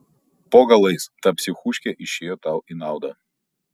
po galais ta psichuškė išėjo tau į naudą